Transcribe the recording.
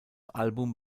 album